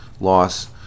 loss